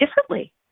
differently